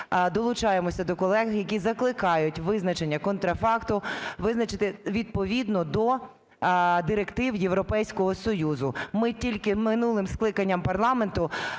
долучаємося до колег, які закликають визначення контрафакту, визначити відповідно до директив Європейського Союзу. Ми тільки минулим скликанням парламенту